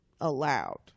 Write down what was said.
allowed